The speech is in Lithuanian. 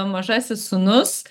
mažasis sūnus